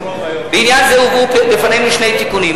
בעניין זה הובאו בפנינו שני תיקונים.